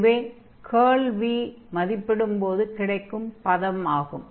இதுவே curl v மதிப்பிடும்போது கிடைக்கும் பதம் ஆகும்